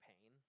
pain